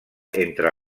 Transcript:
entre